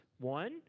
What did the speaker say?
One